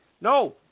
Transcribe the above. No